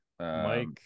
Mike